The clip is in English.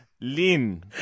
Lin